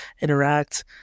interact